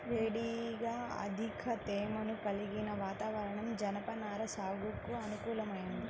వేడిగా అధిక తేమను కలిగిన వాతావరణం జనపనార సాగుకు అనుకూలమైంది